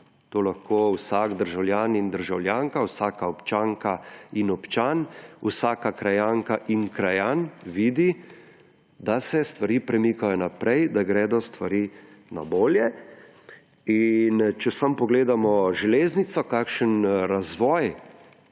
To lahko vsak državljan in državljanka, vsaka občanka in občan, vsaka krajanka in krajan vidi, da se stvari premikajo naprej, da gredo stvari na bolje. Če samo pogledamo železnico, kakšen razvoj